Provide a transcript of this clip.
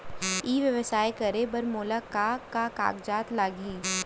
ई व्यवसाय करे बर मोला का का कागजात लागही?